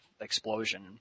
explosion